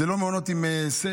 אלו לא מעונות עם סמל,